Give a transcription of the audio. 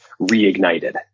reignited